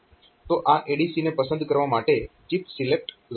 તો આ ADC ને પસંદ કરવા માટે ચિપ સિલેક્ટ લાઇન લો થવી જોઈએ